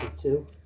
two